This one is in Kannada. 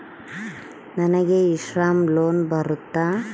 ನನಗೆ ಇ ಶ್ರಮ್ ಲೋನ್ ಬರುತ್ತಾ?